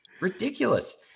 Ridiculous